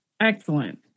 Excellent